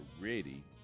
ready